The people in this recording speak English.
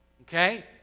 Okay